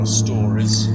stories